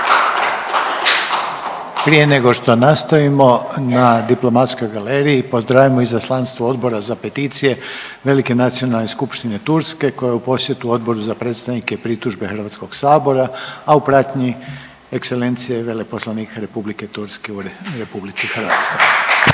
Prije nego što nastavimo na diplomatskoj galeriji pozdravimo izaslanstvo Odbora za peticije Velike nacionalne skupštine Turske koja je u posjetu Odboru za predstavke, pritužbe Hrvatskog sabora, a u pratnji ekselencije veleposlanik Republike Turske u Republici Hrvatskoj.